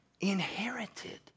inherited